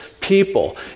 people